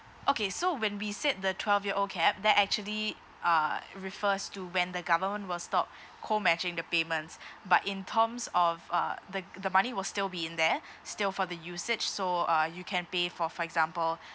okay so when we said the twelve year old cap that actually uh refers to when the government will stop co matching the payments but in terms of uh the the money will still be in there still for the usage so uh you can pay for for example